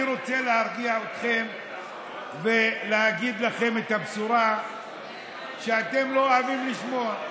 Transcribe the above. אני רוצה להרגיע אתכם ולהגיד את הבשורה שאתם לא אוהבים לשמוע: